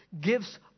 gives